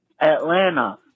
Atlanta